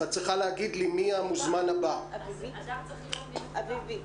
המוזמן הבא, אביבית